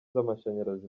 z’amashanyarazi